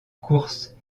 course